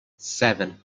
seven